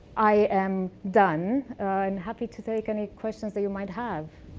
i am done and happy to take any questions that you might have.